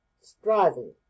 striving